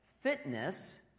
Fitness